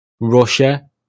Russia